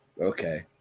Okay